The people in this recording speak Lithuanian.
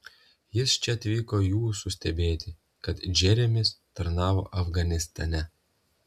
jis čia atvyko jūsų stebėti kol džeremis tarnavo afganistane